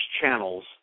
channels